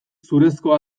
zurezko